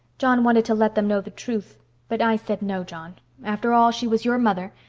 john wanted to let them know the truth but i said, no, john after all she was your mother,